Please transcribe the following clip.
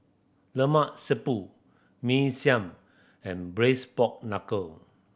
Lemak Siput Mee Siam and Braised Pork Knuckle